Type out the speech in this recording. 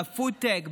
בפודטק,